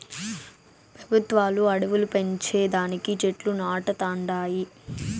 పెబుత్వాలు అడివిలు పెంచే దానికి చెట్లు నాటతండాయి